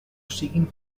siguin